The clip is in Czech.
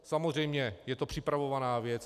Samozřejmě je to připravovaná věc.